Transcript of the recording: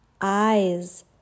eyes